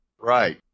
Right